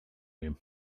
him